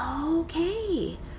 okay